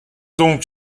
donc